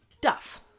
Duff